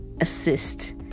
assist